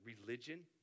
religion